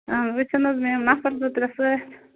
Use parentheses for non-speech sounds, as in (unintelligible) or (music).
(unintelligible) چھِنہٕ حظ مےٚ یِم نَفَر زٕ ترٛےٚ سۭتۍ